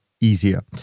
Easier